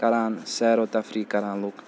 کَران سیرو تفریح کَران لُکھ